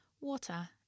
water